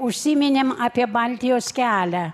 užsiminėm apie baltijos kelią